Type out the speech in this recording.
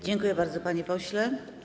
Dziękuję bardzo, panie pośle.